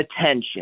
attention